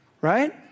right